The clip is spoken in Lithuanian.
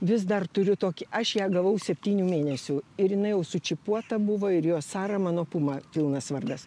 vis dar turiu tokį aš ją gavau septynių mėnesių ir jinai jau sučipuota buvo ir jos sara mano puma pilnas vardas